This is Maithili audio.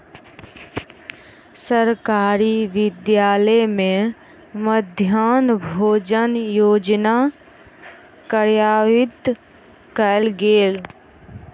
सरकारी विद्यालय में मध्याह्न भोजन योजना कार्यान्वित कयल गेल